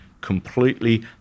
Completely